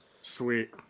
Sweet